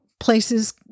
places